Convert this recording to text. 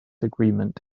agreement